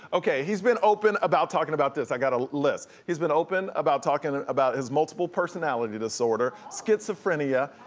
okay, he's been open about talking about this, i got a list, he's been open about talking and about his multiple personality disorder, schizophrenia,